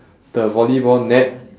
the volleyball net